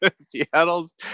Seattle's